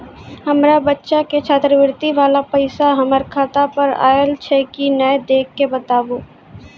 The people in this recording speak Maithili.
हमार बच्चा के छात्रवृत्ति वाला पैसा हमर खाता पर आयल छै कि नैय देख के बताबू?